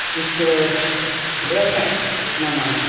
ಇಷ್ಟು ಹೇಳ್ತಾ ನನ್ನ